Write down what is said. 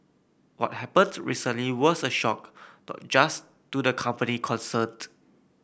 what happened recently was a shock not just to the company concerned